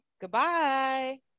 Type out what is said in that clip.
goodbye